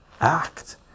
act